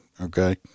okay